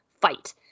fight